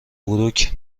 بروک